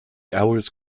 hours